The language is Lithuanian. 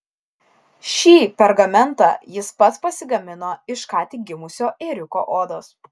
šį pergamentą jis pats pasigamino iš ką tik gimusio ėriuko odos